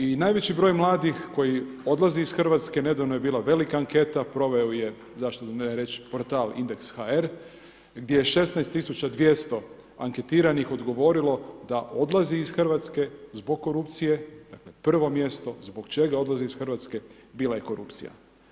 I najveći broj mladih koji odlazi iz Hrvatske, nedavno je bila velika anketa, proveo je zašto ne reći portal Indeks.hr gdje 16200 anketiranih odgovorilo da odlazi iz Hrvatske zbog korupcije, dakle prvo mjesto zbog čega odlaze iz Hrvatske bila je korupcija.